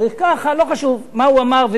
לא חשוב מה הוא אמר ומי היה האיש,